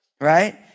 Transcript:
right